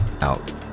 out